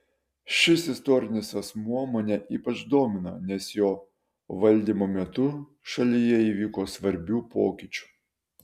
šis istorinis asmuo mane ypač domina nes jo valdymo metu šalyje įvyko svarbių pokyčių